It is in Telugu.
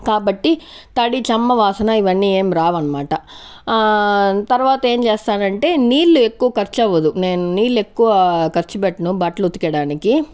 కాబట్టి తడి చమ్మ వాసన ఇవన్నీ ఏం రావన్మాట తర్వాత ఏం చేస్తానంటే నీళ్ళు ఎక్కువ ఖర్చవ్వదు నేను నీళ్ళెక్కువ ఖర్చు బెట్టను బట్టలుతకడానికి